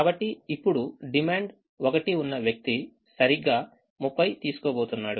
కాబట్టి ఇప్పుడు డిమాండ్ 1 ఉన్న వ్యక్తి సరిగ్గా 30 తీసుకోబోతున్నాడు